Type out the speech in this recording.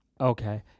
Okay